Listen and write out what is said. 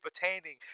pertaining